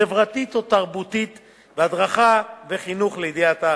חברתית או תרבותית, והדרכה וחינוך לידיעת הארץ.